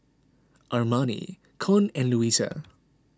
Armani Con and Luisa